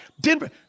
Denver